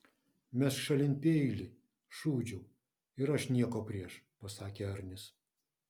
mesk šalin peilį šūdžiau ir aš nieko prieš pasakė arnis